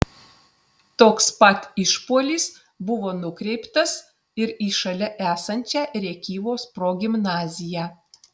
toks pat išpuolis buvo nukreiptas ir į šalia esančią rėkyvos progimnaziją